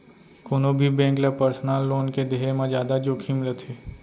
कोनो भी बेंक ल पर्सनल लोन के देहे म जादा जोखिम रथे